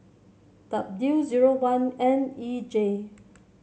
W zero one N E J